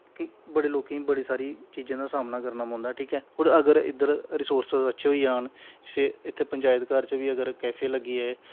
बड़े लोकें बी बड़ी सारी चीज़ेें दा सामना करनां पौंदा ऐ ठीक ऐ होर अगर इद्धर रिसोर्सिस अच्छे होई जान इत्थै पंचैत घर च बी अगर कैफे लग्गी जाऽ